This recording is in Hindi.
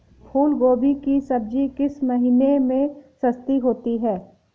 फूल गोभी की सब्जी किस महीने में सस्ती होती है?